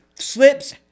Slips